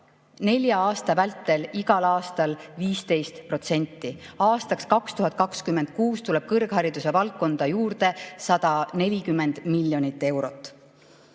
nelja aasta vältel igal aastal 15%. Aastaks 2026 tuleb kõrghariduse valdkonda juurde 140 miljonit eurot.